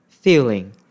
feeling